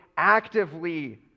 actively